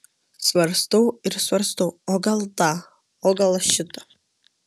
svarstau ir svarstau o gal tą o gal šitą